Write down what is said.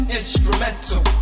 instrumental